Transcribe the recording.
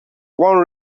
one